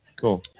Cool